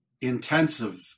intensive